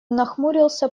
нахмурился